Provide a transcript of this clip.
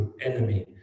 enemy